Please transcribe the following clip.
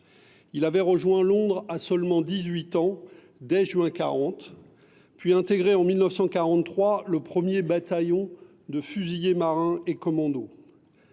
Il avait rejoint Londres à seulement 18 ans dès juin 1940, puis intégré en 1943 le 1 bataillon de fusiliers marins et commandos.